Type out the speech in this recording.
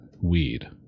weed